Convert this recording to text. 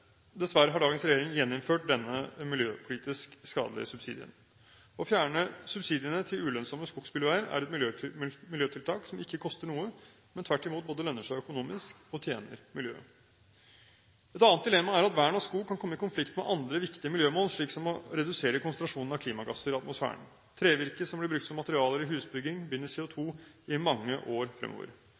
Dessverre har dagens regjering gjeninnført denne miljøpolitisk skadelige subsidien. Å fjerne subsidiene til ulønnsomme skogsbilveier er et miljøtiltak som ikke koster noe, men tvert imot både lønner seg økonomisk og tjener miljøet. Et annet dilemma er at vern av skog kan komme i konflikt med andre viktige miljømål, slik som å redusere konsentrasjonen av klimagasser i atmosfæren. Trevirke som blir brukt som materialer i husbygging, binder CO2 i mange år fremover.